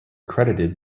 credited